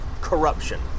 corruption